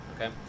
okay